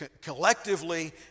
collectively